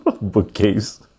bookcase